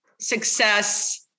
success